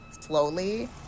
slowly